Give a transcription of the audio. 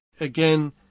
again